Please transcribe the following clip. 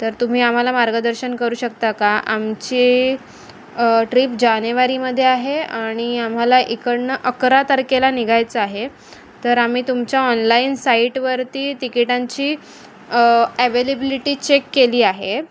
तर तुम्ही आम्हाला मार्गदर्शन करू शकता का आमची ट्रीप जानेवारीमध्ये आहे आणि आम्हाला इकडनं अकरा तारखेला निघायचं आहे तर आम्ही तुमच्या ऑनलाईन साईटवरती तिकीटांची ॲवेलेबिलिटी चेक केली आहे